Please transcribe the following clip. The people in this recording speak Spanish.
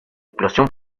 explosión